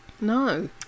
no